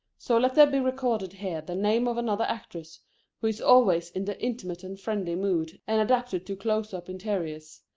so let there be recorded here the name of another actress who is always in the intimate-and-friendly mood and adapted to close-up interiors,